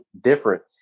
different